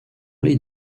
les